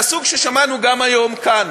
מהסוג ששמענו גם היום כאן